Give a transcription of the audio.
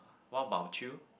what about you